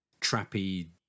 trappy